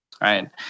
right